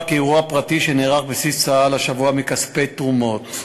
כאירוע פרטי שנערך בבסיס צה"ל מכספי תרומות.